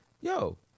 Yo